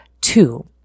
two